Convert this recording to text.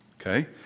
Okay